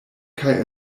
kaj